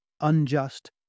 unjust